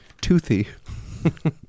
toothy